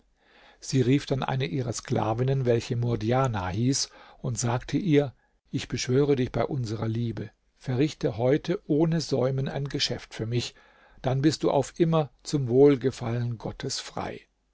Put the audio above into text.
sie rief dann eine ihrer sklavinnen welche murdjana hieß und sagte ihr ich beschwöre dich bei unserer liebe verrichte heute ohne säumen ein geschäft für mich dann bist du auf immer zum wohlgefallen gottes frei